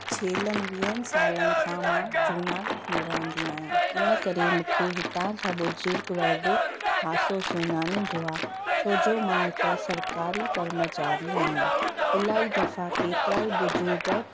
छेलनि वीहनि सालनि खां मां जूनागढ़ में रहंदी आहियां इन करे मूंखे हितां जा बुजुर्ग वर्ग हासो सुञाणींदो आहे छो जो मां हिकु सरकारी कर्मचारी आहियां इलाही दफ़ा केतिराई बुजुर्ग